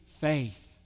faith